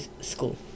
School